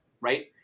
right